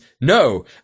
no